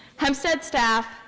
hempstead staff,